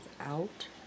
out